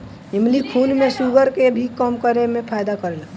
इमली खून में शुगर के भी कम करे में फायदा करेला